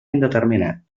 indeterminat